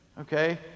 Okay